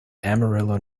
amarillo